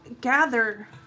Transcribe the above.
gather